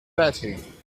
batty